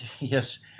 yes